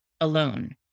alone